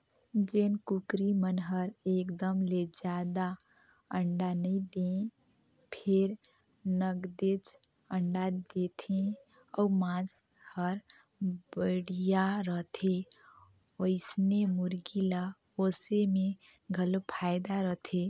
जेन कुकरी मन हर एकदम ले जादा अंडा नइ दें फेर नगदेच अंडा देथे अउ मांस हर बड़िहा रहथे ओइसने मुरगी ल पोसे में घलो फायदा रथे